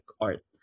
art